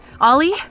Ollie